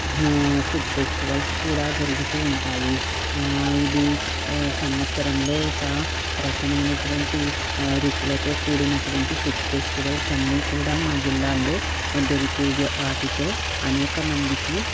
food festivals కూడా జరుగుతూ ఉంటాయి ఇది సంవత్సరంలో ఒక రకమైనటువంటి రుచులతో కూడినటువంటి ఫుడ్ ఫెస్టివల్స్ అన్నీ కూడా మా జిల్లాల్లో దొరికేవి వాటితో అనేకమందికి